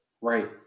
right